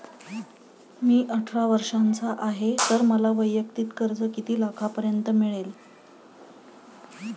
मी अठरा वर्षांचा आहे तर मला वैयक्तिक कर्ज किती लाखांपर्यंत मिळेल?